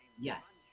Yes